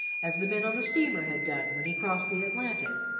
as the men on the steamer had done when he crossed the atlantic.